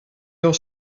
your